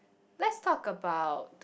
let's talk about